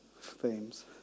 themes